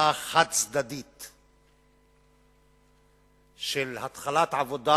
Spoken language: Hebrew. פעולה חד-צדדית של התחלת העבודה,